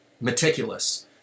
meticulous